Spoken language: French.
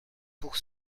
pour